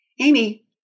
Amy